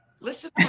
Listen